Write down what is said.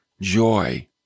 joy